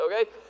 okay